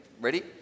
Ready